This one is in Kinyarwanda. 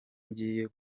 ngiye